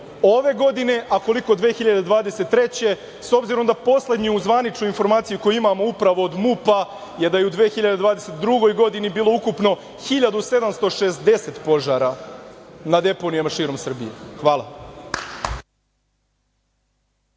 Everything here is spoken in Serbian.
ove godine, a koliko 2023. godine, obzirom da poslednju zvaničnu informaciju koju imamo upravo od MUP-a je da je u 2022. godini bilo ukupno 1760 na deponijama širom Srbije. Hvala.